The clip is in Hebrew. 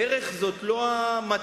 דרך היא לא המטרה.